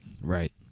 Right